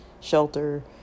shelter